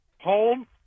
Home